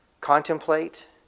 contemplate